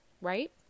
right